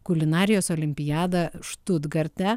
kulinarijos olimpiadą štutgarte